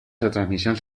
retransmissions